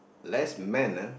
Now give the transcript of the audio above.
less men ah